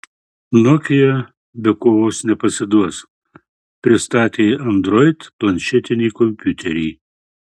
nokia be kovos nepasiduos pristatė android planšetinį kompiuterį